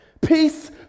peace